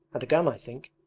and a gun i think.